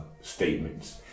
statements